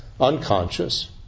unconscious